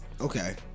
Okay